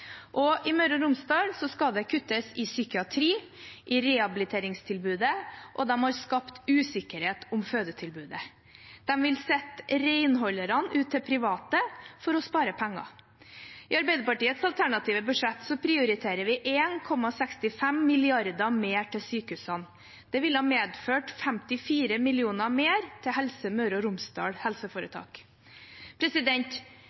I Møre og Romsdal skal det kuttes i psykiatri og i rehabiliteringstilbudet, de har skapt usikkerhet om fødetilbudet, og de vil sette renholderne ut til private for å spare penger. I Arbeiderpartiets alternative budsjett prioriterer vi 1,65 mrd. kr mer til sykehusene. Det ville ha medført 54 mill. kr mer til Helse Møre og Romsdal